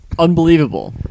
unbelievable